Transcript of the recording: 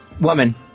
Woman